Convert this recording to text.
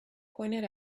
pointed